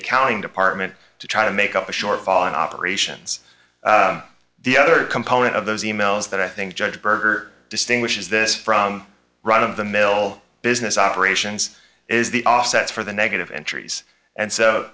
accounting department to how to make up the shortfall in operations the other component of those emails that i think judge berger distinguishes this from run of the mill business operations is the offsets for the negative entries and so